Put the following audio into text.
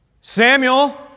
Samuel